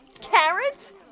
carrots